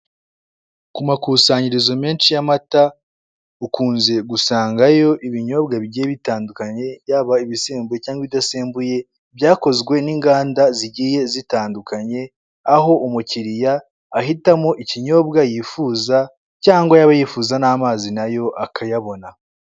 Ku makusanyirizo menshi y'amata ukunze gusangayo ibinyobwa bigiye bitandukanye yaba ibisembu cyangwa ibidasembuye byakozwe n'inganda zigiye zitandukanye, aho umukiriya ahitamo ikinyobwa yifuza cyangwa yaba yifuza n'amazi nayo akayabona.